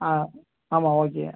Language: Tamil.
ஆ ஆமாம் ஓகே